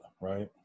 right